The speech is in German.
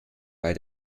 bei